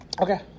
Okay